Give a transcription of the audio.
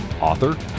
author